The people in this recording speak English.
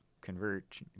convert